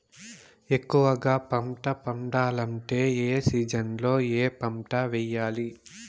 ఎక్కువగా పంట పండాలంటే ఏ సీజన్లలో ఏ పంట వేయాలి